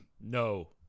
No